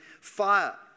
fire